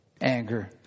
anger